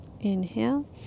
Inhale